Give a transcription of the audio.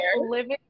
living